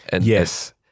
Yes